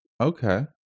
Okay